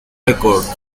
records